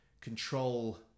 control